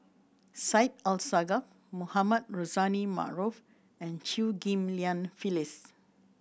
Syed Alsagoff Mohamed Rozani Maarof and Chew Ghim Lian Phyllis